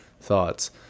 thoughts